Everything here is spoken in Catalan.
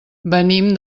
venim